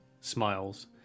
smiles